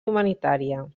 humanitària